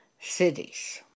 cities